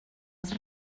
als